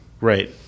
Right